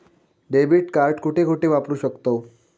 Debit card कुठे कुठे वापरू शकतव?